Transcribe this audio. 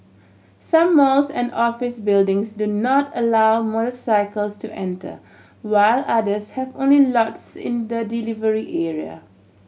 some malls and office buildings do not allow motorcycles to enter while others have only lots in the delivery area